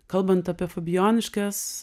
kalbant apie fabijoniškes